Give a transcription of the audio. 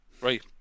right